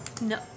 No